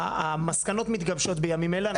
המסקנות מתגבשות בימים אלה.